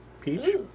Peach